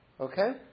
Okay